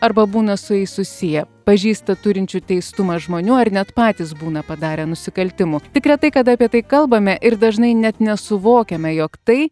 arba būna su jais susiję pažįsta turinčių teistumą žmonių ar net patys būna padarę nusikaltimų tik retai kada apie tai kalbame ir dažnai net nesuvokiame jog tai